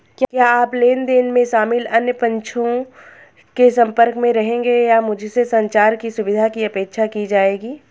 क्या आप लेन देन में शामिल अन्य पक्षों के संपर्क में रहेंगे या क्या मुझसे संचार की सुविधा की अपेक्षा की जाएगी?